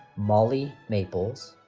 molly maples,